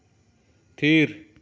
ᱛᱷᱤᱨ